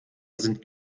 sind